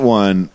one